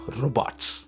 robots